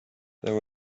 there